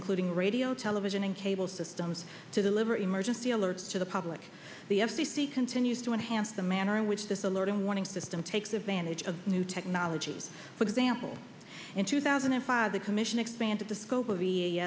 including radio television and cable systems to deliver emergency alert to the public the f c c continues to enhance the manner in which this alerting warning system takes advantage of new technologies for example in two thousand and five the commission expanded the scope of e a